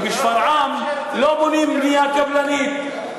כי בשפרעם לא בונים בנייה קבלנית.